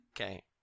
Okay